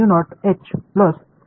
எனவே நான் பெற முடியும்